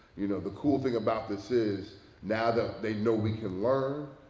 you know the cool thing about this is now that they know we can learn,